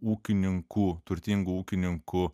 ūkininkų turtingų ūkininkų